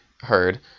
heard